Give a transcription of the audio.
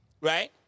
right